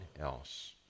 else